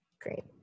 Great